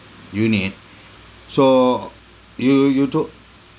unit so you you took